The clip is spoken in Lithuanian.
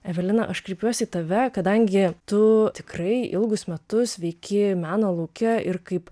evelina aš kreipiuosi į tave kadangi tu tikrai ilgus metus veiki meno lauke ir kaip